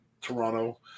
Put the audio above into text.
Toronto